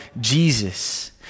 Jesus